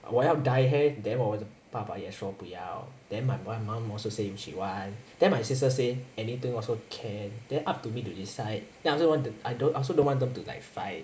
我要 dye hair then 我爸爸也说不要 then my my mum also say she want then my sister say anything also can then up to me to decide then I also don't want I also don't want them to like fight